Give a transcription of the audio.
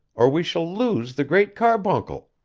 or we shall loose the great carbuncle